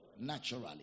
naturally